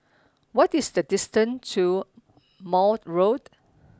what is the distance to Maude Road